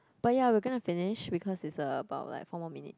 but ya we're gonna finish because it's about like four more minute